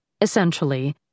essentially